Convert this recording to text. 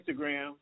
Instagram